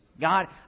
God